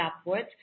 upwards